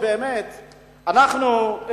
באמת אנחנו,